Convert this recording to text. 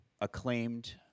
acclaimed